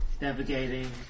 Navigating